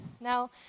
Now